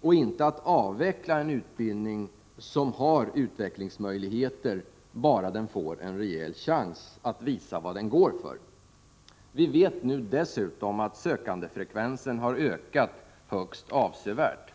och inte avveckla en utbildning som har goda utvecklingsmöjligheter, bara den får en rejäl chans att visa vad den går för. Vi vet nu dessutom att sökandefrekvensen har ökat högst avsevärt.